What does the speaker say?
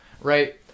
right